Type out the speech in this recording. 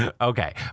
okay